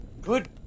Good